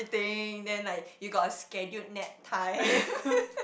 ~thing then like you got a scheduled nap time